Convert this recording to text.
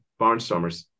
barnstormers